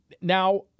Now